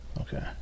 Okay